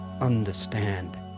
understand